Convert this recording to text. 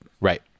Right